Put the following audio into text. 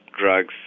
drugs